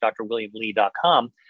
drwilliamlee.com